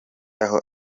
aho